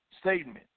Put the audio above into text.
statement